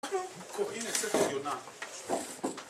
קוראים את ספר יונה